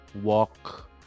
walk